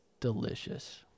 delicious